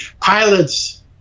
pilots